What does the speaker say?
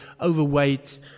overweight